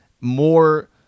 more